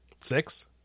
Six